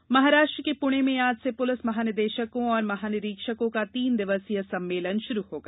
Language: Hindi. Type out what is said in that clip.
सम्मेलन महाराष्ट्र के पूणे में आज से पूलिस महानिदेशकों और महानिरीक्षकों का तीन दिवसीय सम्मेलन शुरू होगा